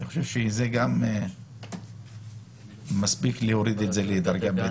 אני חושב שמספיק להוריד את זה לדרגה ב'.